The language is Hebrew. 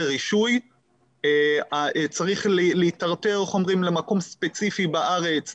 רישוי צריך להיטרטר למקום ספציפי בארץ,